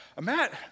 Matt